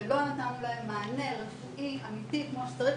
שלא נתנו להם מענה רפואי אמיתי כמו שצריך,